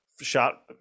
shot